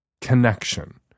connection